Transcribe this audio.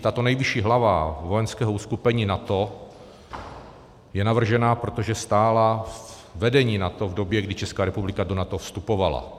Tato nejvyšší hlava vojenského uskupení NATO je navržena, protože stála ve vedení NATO v době, kdy Česká republika do NATO vstupovala.